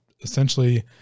essentially